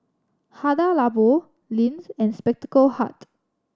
Hada Labo Lindt and Spectacle Hut